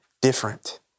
different